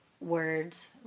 words